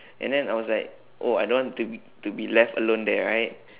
and then I was like oh I don't want to be to be left alone there right